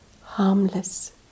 harmless